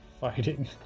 fighting